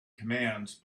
commands